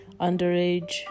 underage